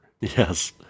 Yes